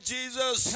Jesus